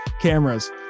cameras